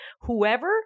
whoever